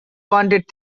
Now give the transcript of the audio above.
wanted